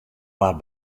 waard